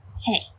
hey